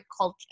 culture